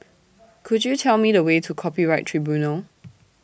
Could YOU Tell Me The Way to Copyright Tribunal